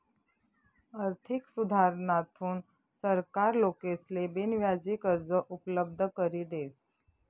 आर्थिक सुधारणाथून सरकार लोकेसले बिनव्याजी कर्ज उपलब्ध करी देस